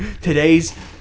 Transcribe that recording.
Today's